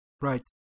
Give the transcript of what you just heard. Right